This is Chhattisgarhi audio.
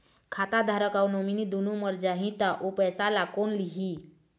खाता धारक अऊ नोमिनि दुनों मर जाही ता ओ पैसा ला कोन लिही?